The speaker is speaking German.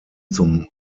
zum